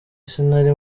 sinari